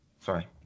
Sorry